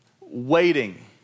Waiting